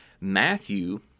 Matthew